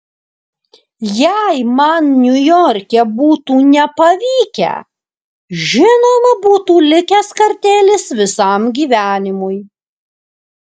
jei man niujorke būtų nepavykę žinoma būtų likęs kartėlis visam gyvenimui